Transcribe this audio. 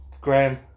Graham